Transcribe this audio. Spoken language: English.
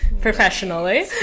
professionally